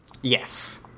Yes